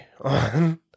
on